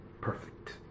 perfect